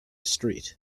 street